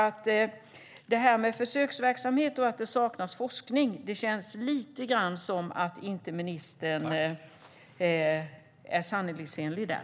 Apropå försöksverksamhet och att det saknas forskning känns lite grann som att ministern inte är sanningsenlig där.